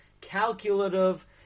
calculative